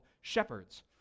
shepherds